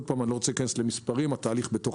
אני לא רוצה להיכנס למספרים, המכרז בתהליך.